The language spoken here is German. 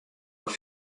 auch